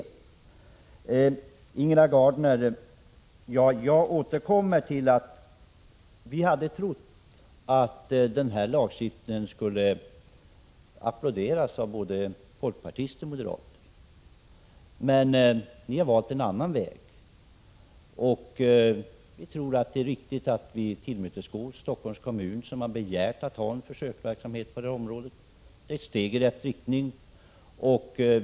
Till Ingela Gardner vill jag återigen säga att vi trodde att lagstiftningen skulle komma att applåderas av både folkpartister och moderater. Men ni har valt en annan väg. Vi tror att det är riktigt att tillmötesgå Stockholms kommun, som har begärt att få genomföra en försöksverksamhet på detta område. Det är ett steg i rätt riktning.